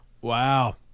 wow